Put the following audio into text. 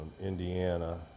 Indiana